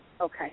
Okay